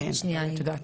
את יודעת,